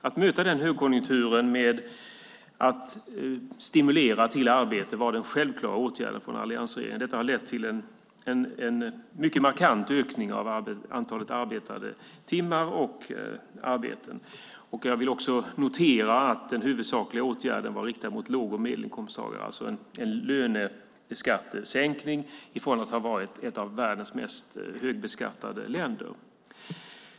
Att möta denna högkonjunktur med att stimulera till arbete var den självklara åtgärden från alliansregeringen, och det har lett till en markant ökning av antalet arbetade timmar. Jag vill påpeka att den huvudsakliga åtgärden var riktad mot låg och medelinkomsttagare. Det blev alltså en löneskattesänkning i ett av världens mest högbeskattande länder.